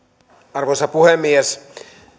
arvoisa puhemies